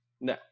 No